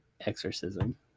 exorcism